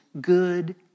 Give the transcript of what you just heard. good